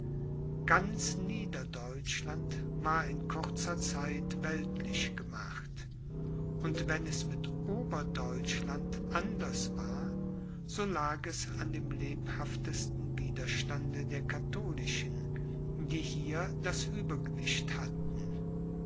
ganz niederdeutschland war in kurzer zeit weltlich gemacht und wenn es mit oberdeutschland anders war so lag es an dem lebhaftesten widerstande der katholischen die hier das uebergewicht hatten